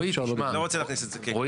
אני לא רוצה להכניס את זה כרגע,